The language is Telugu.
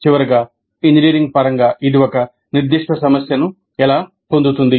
చివరగా ఇంజనీరింగ్ పరంగా ఇది ఒక నిర్దిష్ట సమస్యను ఎలా పొందుతుంది